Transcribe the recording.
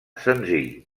senzill